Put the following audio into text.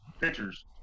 pictures